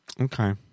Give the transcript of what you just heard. Okay